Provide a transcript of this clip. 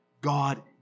God